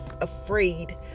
afraid